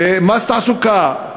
מס תעסוקה,